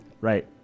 Right